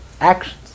actions